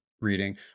reading